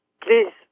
please